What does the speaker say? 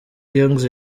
gangz